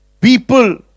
People